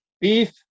beef